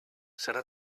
serà